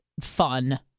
fun